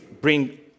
bring